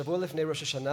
שבוע לפני ראש השנה